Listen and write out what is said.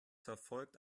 verfolgt